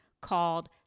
called